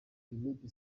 felipe